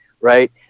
right